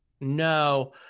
no